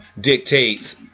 dictates